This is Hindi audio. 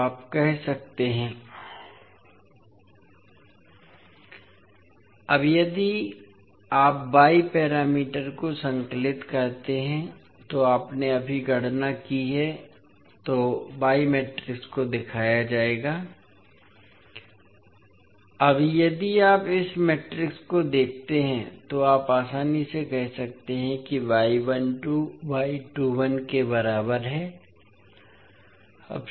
तो आप कह सकते हैं अब यदि आप y पैरामीटर को संकलित करते हैं जो आपने अभी गणना की है तो y मैट्रिक्स को दिखाया जाएगा अब यदि आप इस मैट्रिक्स को देखते हैं तो आप आसानी से कह सकते हैं कि के बराबर है